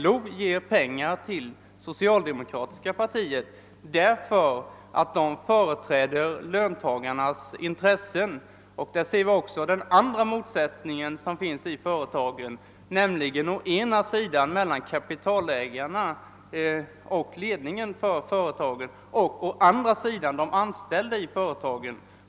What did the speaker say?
LO ger pengar till det socialdemokratiska partiet därför att LO anser att det partiet företräder löntagarnas intressen. Där ser vi den andra motsättningen som finns i företagen, nämligen mellan å ena sidan kapitalägarna och företagsledningen och å andra sidan de anställda.